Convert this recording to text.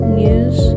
news